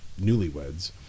newlyweds